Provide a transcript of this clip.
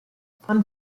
fun